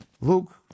Luke